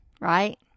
right